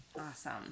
awesome